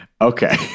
Okay